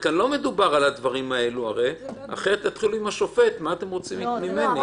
תבואו בטענה לשופט, מה אתם רוצים ממני?